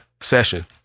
session